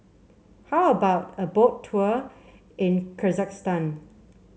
how about a Boat Tour in Kyrgyzstan